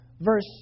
verse